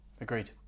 agreed